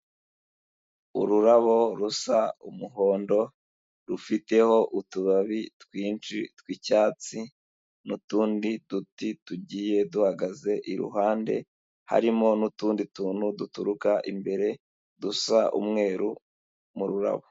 Ururabo rusa umuhondo rufiteho utubabi twinshi tw'icyatsi n'utundi duti tugiye duhagaze iruhande, harimo n'utundi tuntu duturuka imbere dusa umweru mu rurabo.